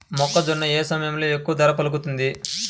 మొక్కజొన్న ఏ సమయంలో ఎక్కువ ధర పలుకుతుంది?